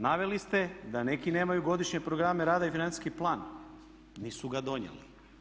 Naveli ste da neki nemaju godišnje programe rada i financijski plan, nisu ga donijeli.